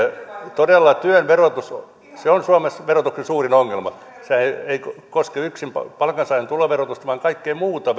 todella työn verotus on suomessa verotuksen suurin ongelma se ei koske yksin palkansaajan tuloverotusta vaan kaikkea muuta